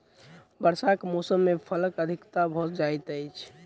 वर्षाक मौसम मे फलक अधिकता भ जाइत अछि